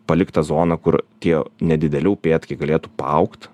palikt tą zoną kur tie nedideli upėtakiai galėtų paaugt